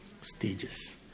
stages